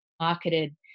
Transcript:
marketed